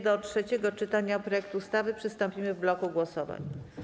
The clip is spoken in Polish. Do trzeciego czytania projektu ustawy przystąpimy w bloku głosowań.